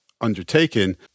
undertaken